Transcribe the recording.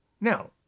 Now